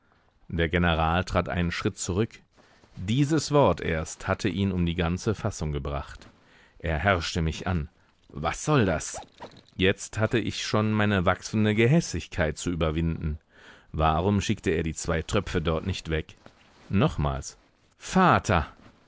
der general trat einen schritt zurück dieses wort erst hatte ihn um die ganze fassung gebracht er herrschte mich an was soll das jetzt hatte ich schon meine wachsende gehässigkeit zu überwinden warum schickte er die zwei tröpfe dort nicht weg nochmals vater